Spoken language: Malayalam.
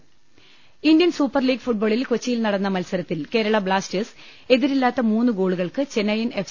രുട്ട്ട്ട്ട്ട്ട്ട്ട ഇന്ത്യൻ സൂപ്പർലീഗ് ഫുട്ബോളിൽ കൊച്ചിയിൽ നടന്ന മത്സരത്തിൽ കേരള ബ്ലാസ്റ്റേഴ്സ് എതിരില്ലാത്ത മൂന്ന് ഗോളുകൾക്ക് ചെന്നൈയിൻ എഫ്